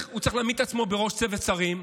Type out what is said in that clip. הוא צריך להעמיד את עצמו בראש צוות שרים,